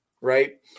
Right